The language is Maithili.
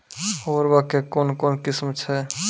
उर्वरक कऽ कून कून किस्म छै?